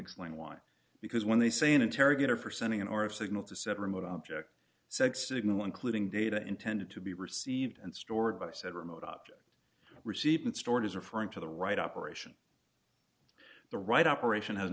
explain why because when they say an interrogator for sending in or a signal to set a remote object said signal including data intended to be received and stored by said remote object received and stored as referring to the right operation the right operation has